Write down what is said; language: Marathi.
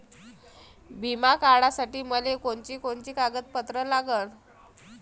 बिमा काढासाठी मले कोनची कोनची कागदपत्र लागन?